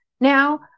now